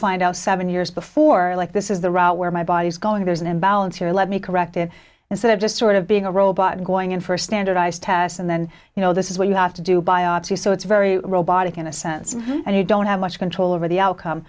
find out seven years before like this is the route where my body's going there is an imbalance here let me correct it and said just sort of being a robot going in for a standardized test and then you know this is what you have to do biopsy so it's very robotic in a sense and you don't have much control over the outcome